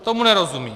Tomu nerozumím.